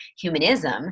humanism